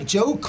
Joe